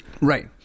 Right